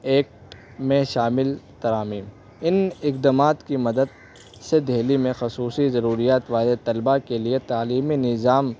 act میں شامل ترامیم ان اقدامات کی مدد سے دہلی میں خصوصی ضروریات والے طلبہ کے لیے تعلیمی نظام